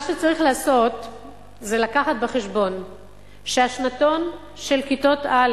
מה שצריך לעשות זה לקחת בחשבון שהשנתון של כיתות א'